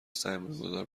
سرمایهگذار